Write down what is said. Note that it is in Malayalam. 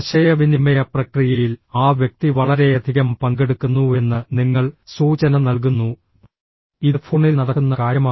ആശയവിനിമയ പ്രക്രിയയിൽ ആ വ്യക്തി വളരെയധികം പങ്കെടുക്കുന്നുവെന്ന് നിങ്ങൾ സൂചന നൽകുന്നു ഇത് ഫോണിൽ നടക്കുന്ന കാര്യമാണ്